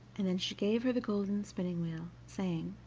and then she gave her the golden spinning-wheel, saying